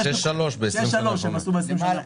6.3% הם עשו ב-20 השנה האחרונות.